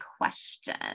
question